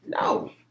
no